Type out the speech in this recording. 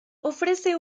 ofrece